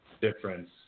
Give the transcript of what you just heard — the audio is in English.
difference